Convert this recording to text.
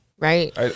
Right